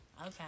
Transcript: Okay